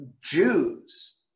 Jews